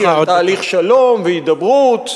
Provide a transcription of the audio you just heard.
תהליך שלום והידברות,